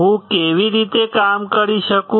હું કેવી રીતે કામ કરી શકું